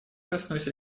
коснусь